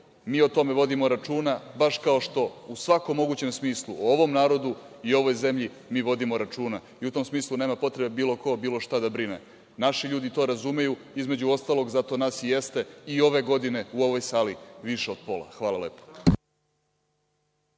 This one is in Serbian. mi o tome vodili računa baš, kao što u svakom mogućem smislu o ovom narodu i ovoj zemlji mi vodimo računa i u tom smislu nema potrebe bilo ko, bilo šta da brine. Naši ljudi to razumeju, između ostalog zato nas i jeste i ove godine u ovoj sali više od pola. Hvala lepo.